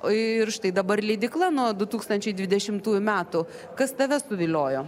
o ir štai dabar leidykla nuo du tūkstančiai dvidešimtųjų metų kas tave suviliojo